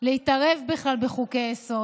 להתערב בכלל בחוקי-יסוד.